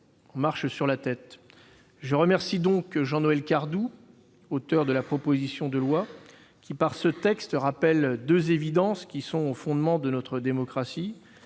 On marche sur la tête ! Je remercie donc Jean-Noël Cardoux, auteur de la proposition de loi, qui, par ce texte, rappelle deux évidences qui sont au fondement de notre démocratie